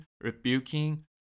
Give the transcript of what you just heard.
rebuking